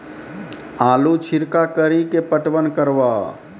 आलू छिरका कड़ी के पटवन करवा?